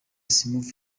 smooth